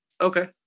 okay